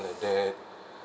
like that